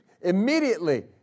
immediately